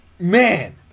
Man